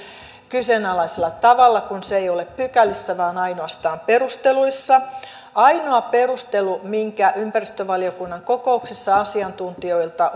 kyseenalaisella tavalla kun se ei ole pykälissä vaan ainoastaan perusteluissa ainoa perustelu minkä ympäristövaliokunnan kokouksissa asiantuntijoilta